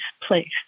place